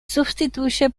sustituye